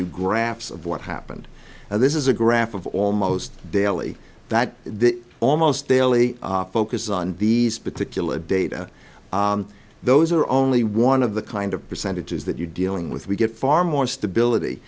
you graphs of what happened and this is a graph of almost daily that almost daily focus on these particular data those are only one of the kind of percentages that you dealing with we get far more stability